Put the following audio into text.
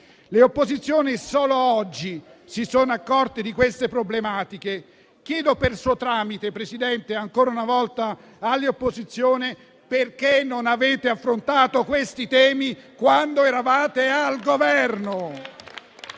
Le opposizioni solo oggi si sono accorte di queste problematiche. Chiedo per suo tramite, Presidente, ancora una volta all'opposizione perché non ha affrontato questi temi quando erano al Governo.